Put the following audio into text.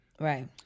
Right